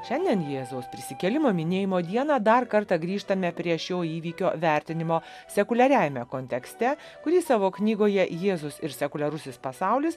šiandien jėzaus prisikėlimo minėjimo dieną dar kartą grįžtame prie šio įvykio vertinimo sekuliariajame kontekste kurį savo knygoje jėzus ir sekuliarusis pasaulis